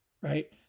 right